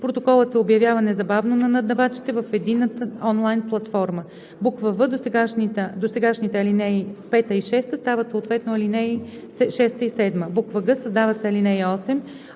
Протоколът се обявява незабавно на наддавачите в единната онлайн платформа.“ в) досегашните ал. 5 и 6 стават съответно ал. 6 и 7; г) създава се ал. 8: